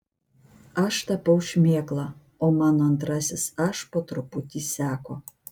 aš tapau šmėkla o mano antrasis aš po truputį seko